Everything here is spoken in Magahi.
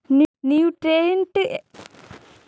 न्यूट्रिएंट् एगर कईक तरह के बैक्टीरिया के उत्पादन करऽ हइ